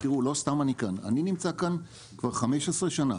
לא סתם אני כאן, אני נמצא כאן כבר 15 שנה,